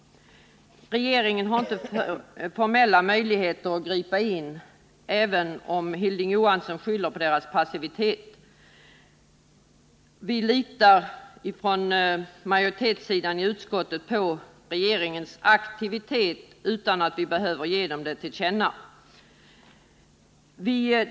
Regeringen har inte formella möjligheter att gripa in, även om Hilding Johansson skyller på regeringens passivitet. Vi litar ifrån utskottsmajoritetens sida på regeringens aktivitet utan att vi behöver göra några tillkännagivanden till regeringen.